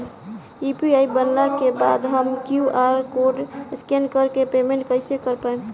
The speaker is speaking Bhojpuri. यू.पी.आई बनला के बाद हम क्यू.आर कोड स्कैन कर के पेमेंट कइसे कर पाएम?